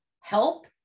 help